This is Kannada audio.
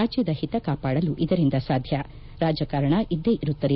ರಾಜ್ಯದ ಹಿತ ಕಾಪಾಡಲು ಇದರಿಂದ ಸಾಧ್ಯ ರಾಜಕಾರಣ ಇದ್ದೇ ಇರುತ್ತದೆ